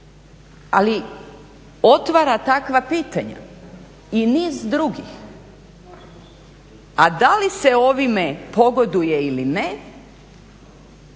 ali otvara takva pitanja i niz drugih. A da li se ovime pogoduje ili ne,